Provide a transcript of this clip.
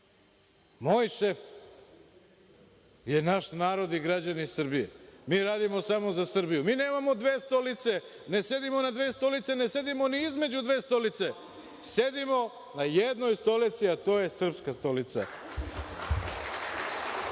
šef je naš narod i građani Srbije. Mi radimo samo za Srbiju. Mi nemamo dve stolice, ne sedimo ni između dve stolice. Sedimo na jednoj stolici, a to je srpska stolica.